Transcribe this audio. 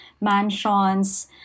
mansions